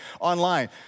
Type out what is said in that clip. online